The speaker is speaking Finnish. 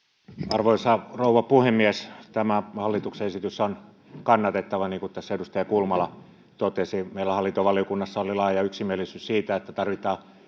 arvoisa rouva puhemies tämä hallituksen esitys on kannatettava niin kuin tässä edustaja kulmala totesi meillä hallintovaliokunnassa oli laaja yksimielisyys siitä että tarvitaan